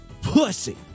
Pussy